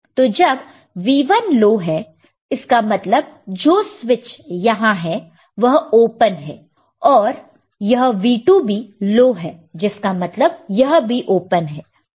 तो जब V1 low है तो इसका मतलब जो स्विच यहां है वह ओपन है और यह V2 भी लो है जिसका मतलब यह भी ओपन है